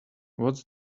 what’s